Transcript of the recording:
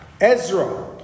Ezra